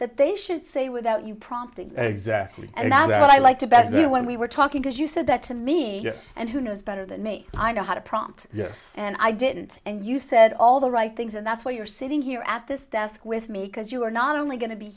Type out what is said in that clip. that they should say without you prompting exactly and i like to bet that when we were talking as you said that to me and who knows better than me i know how to prompt yes and i didn't and you said all the right things and that's why you're sitting here at this desk with me because you're not only going to be